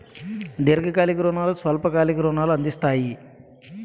దీర్ఘకాలిక రుణాలు స్వల్ప కాలిక రుణాలు అందిస్తాయి